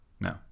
No